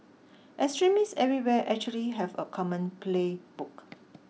extremists everywhere actually have a common playbook